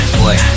boy